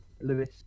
Lewis